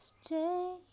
stay